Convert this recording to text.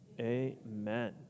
amen